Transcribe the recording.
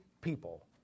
people